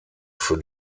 für